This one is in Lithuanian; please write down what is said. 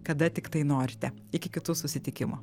kada tiktai norite iki kitų susitikimų